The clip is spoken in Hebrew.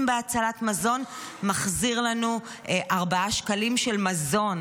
בהצלת מזון מחזיר לנו ארבעה שקלים של מזון.